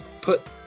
put